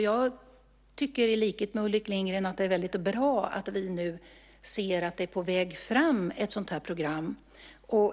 Jag tycker i likhet med Ulrik Lindgren att det är väldigt bra att vi nu ser att ett sådant här program är på väg fram.